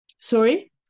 Sorry